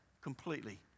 completely